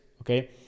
Okay